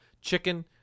chicken